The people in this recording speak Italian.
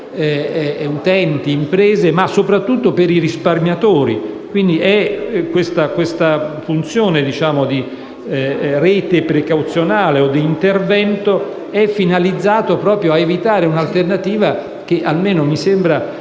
utenti e imprese, ma soprattutto per i risparmiatori. Quindi questa funzione di rete precauzionale o di intervento è finalizzata ad evitare un'alternativa che, come mi sembra